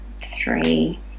three